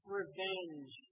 revenge